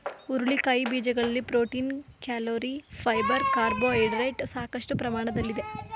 ಹುರುಳಿಕಾಯಿ ಬೀಜಗಳಲ್ಲಿ protein, calorie, fibre carbohydrates ಸಾಕಷ್ಟು ಪ್ರಮಾಣದಲ್ಲಿದೆ